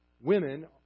women